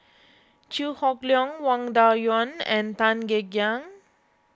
Chew Hock Leong Wang Dayuan and Tan Kek Hiang